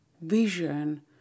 vision